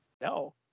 No